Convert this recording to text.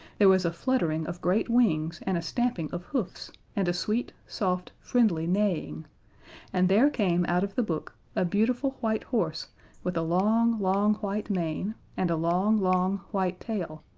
there was a fluttering of great wings and a stamping of hoofs, and a sweet, soft, friendly neighing and there came out of the book a beautiful white horse with a long, long, white mane and a long, long, white tail,